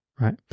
right